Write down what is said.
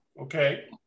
Okay